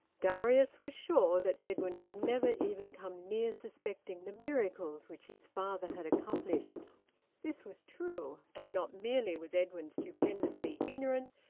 darius was sure that edwin had never even come near suspecting the miracles which his father had accomplished this was true, and not merely was edwin stupendously ignorant,